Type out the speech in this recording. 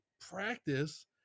practice